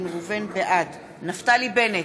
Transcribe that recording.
בעד נפתלי בנט,